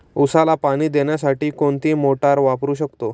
उसाला पाणी देण्यासाठी कोणती मोटार वापरू शकतो?